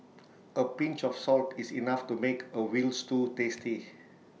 A pinch of salt is enough to make A Veal Stew tasty